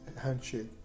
handshake